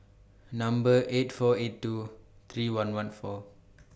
Number eight four eight two three one one four